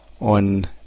on